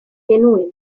genuen